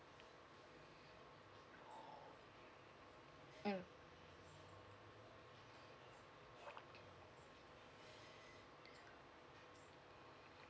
mm